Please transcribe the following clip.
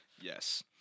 Yes